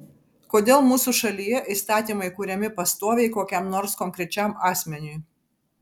kodėl mūsų šalyje įstatymai kuriami pastoviai kokiam nors konkrečiam asmeniui